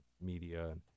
media